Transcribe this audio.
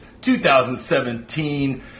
2017